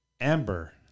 Amber